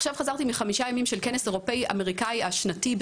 עכשיו חזרתי מחמישה ימים של הכנס אירופאי אמריקאי השנתי,